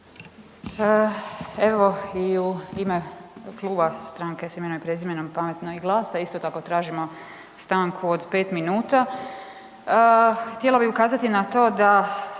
Evo, i u ime Kluba Stranke s imenom i prezimenom, Pametno i GLAS-a isto tako tražimo stanku od 5 minuta. Htjela bih ukazati na to da